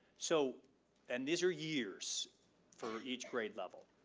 so and these are years for each grade level.